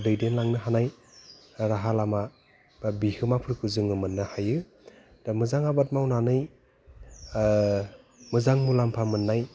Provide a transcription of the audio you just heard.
दैदेनलांनो हानाय राहा लामा बा बिहोमाफोरखौ जोङो मोननो हायो दा मोजां आबाद मावनानै मोजां मुलाम्फा मोननाय